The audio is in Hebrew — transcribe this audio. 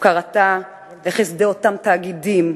הפקרתה לחסדי אותם תאגידים.